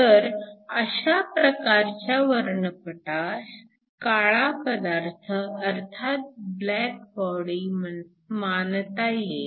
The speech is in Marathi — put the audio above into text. तर अशा प्रकारच्या वर्णपटास काळा पदार्थ अर्थात ब्लॅक बॉडी मानता येईल